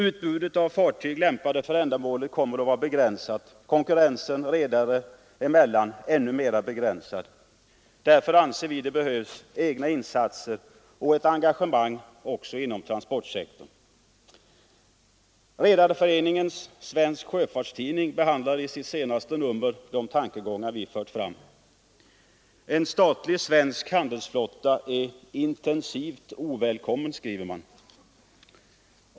Utbudet av fartyg lämpade för ändamålet kommer att vara begränsat, konkurrensen redare emellan ännu mer begränsad. Därför anser vi att det behövs egna insatser och ett engagemang också inom transportsektorn. Redareföreningens Svensk Sjöfarts Tidning behandlar i sitt senaste nummer de tankegångar vi fört fram. ”En statlig svensk handelsflotta är intensivt ovälkommen” skriver man.